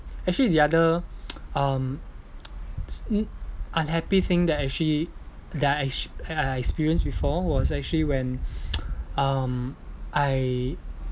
actually the other um unhappy thing that actually that I act~ that I experience before was actually when um I